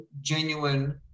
genuine